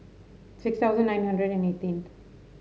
six thousand nine hundred and eighteenth